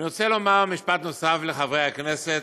אני רוצה לומר משפט נוסף לחברי הכנסת.